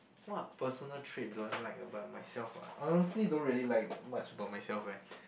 what personal trait do I like about myself I honestly don't really like much about myself eh